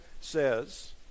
says